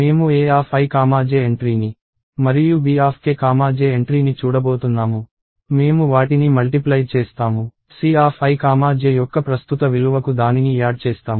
మేము Aik ఎంట్రీని మరియు Bkj ఎంట్రీని చూడబోతున్నాము మేము వాటిని మల్టిప్లై చేస్తాము Cij యొక్క ప్రస్తుత విలువకు దానిని యాడ్ చేస్తాము